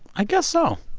i guess so.